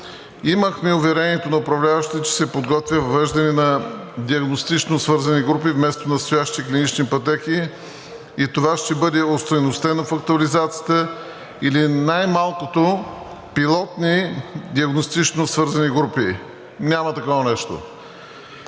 Имахме уверението на управляващите, че се подготвя въвеждане на диагностично свързани групи вместо настоящите клинични пътеки, и това ще бъде остойностено в актуализацията, или най-малкото пилотни диагностично свързани групи. Няма такова нещо!